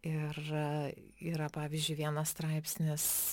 ir yra pavyzdžiui vienas straipsnis